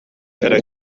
эрэ